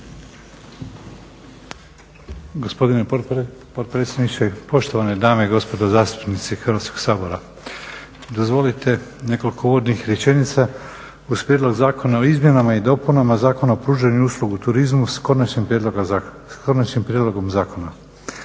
Gospodine potpredsjedniče, poštovane dame i gospodo zastupnici Hrvatskog sabora. Dozvolite nekoliko uvodnih rečenica uz prijedlog zakona o izmjenama i dopunama Zakona o pružanju usluga u turizmu s konačnim prijedlogom zakona.